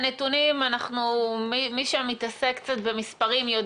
הנתונים מי שמתעסק קצת במספרים יודע